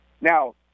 Now